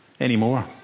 anymore